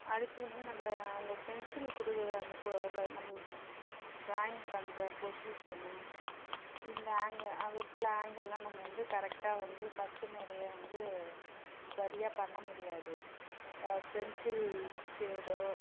அடுத்து வந்து நம்ம அவங்க பென்சில் கொடுக்குற அந்த நம்மளுக்கு ட்ராயிங் பண்ணுற பொஷிஷன் இந்த ஆங்கிள் ஒரு சில ஆங்கிள்லாம் நம்ம வந்து கரெக்டாக வந்து ஃபஸ்ட் முறையாக வந்து சரியாக பண்ண முடியாது பென்சில் ஷேடோவ்